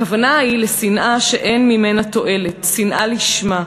הכוונה היא לשנאה שאין ממנה תועלת, שנאה לשמה.